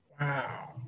Wow